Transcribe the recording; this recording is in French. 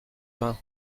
vingt